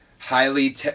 Highly